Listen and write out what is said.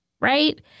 right